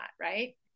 Right